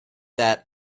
that